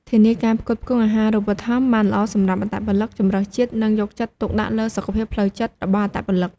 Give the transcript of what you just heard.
ធានាការផ្គត់ផ្គង់អាហារូបត្ថម្ភបានល្អសម្រាប់អត្តពលិកជម្រើសជាតិនឹងយកចិត្តទុកដាក់លើសុខភាពផ្លូវចិត្តរបស់អត្តពលិក។